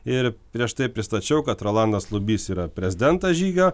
ir prieš tai pristačiau kad rolandas lubys yra prezidentas žygio